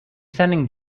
sending